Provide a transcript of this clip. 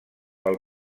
pel